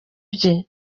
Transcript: bye